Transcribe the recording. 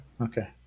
okay